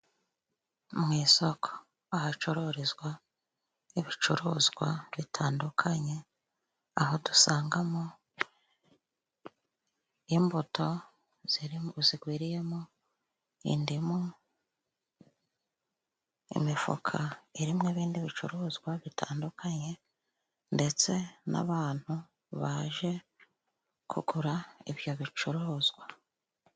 Mu isoko ahacururizwa ibicuruzwa bitandukanye, aho dusangamo imbuto zigwiriyemo indimu, imifuka irimo ibindi bicuruzwa bitandukanye ndetse n'abantu baje kugura ibyo bicuruzwa.